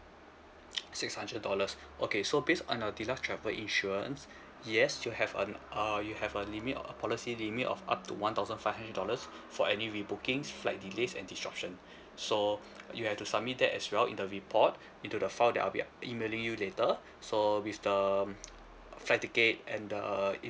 six hundred dollars okay so based on your deluxe travel insurance yes you have um uh you have a limit uh policy limit of up to one thousand five hundred dollars for any rebooking flight delays and disruption so you have to submit that as well in the report into the file that I'll be up~ emailing you later so with the um flight ticket and the